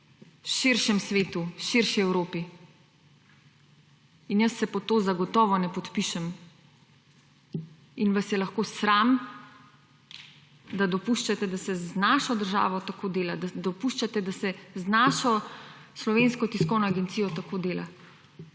širšemu svetu, širši Evropi in jaz se pod to zagotovo ne podpišem in vas je lahko sram, da dopuščate, da se z našo državo tako dela, da dopuščate, da se z našo Slovensko tiskovno agencijo tako dela.